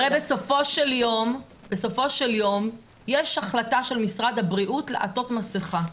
הרי בסופו של יום יש החלטה של משרד הבריאות לעטות מסכות.